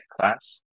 class